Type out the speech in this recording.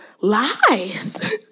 lies